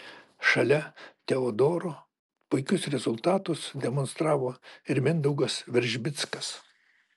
šalia teodoro puikius rezultatus demonstravo ir mindaugas veržbickas